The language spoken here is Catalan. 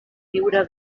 viure